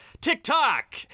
TikTok